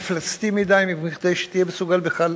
מפלצתי מכדי שתהיה מסוגל בכלל